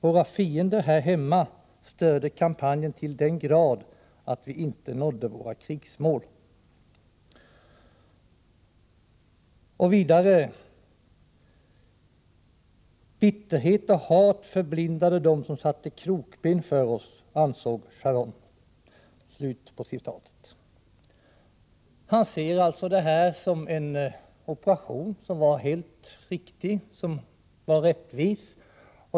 Våra fiender här hemma störde kampanjen till den grad att vi inte nådde våra krigsmål.” Det står vidare: ”Bitterhet och hat förblindade dem som satte krokben för oss, ansåg Sharon.” Han ser alltså detta som en operation som var helt riktig och rättvis.